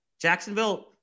Jacksonville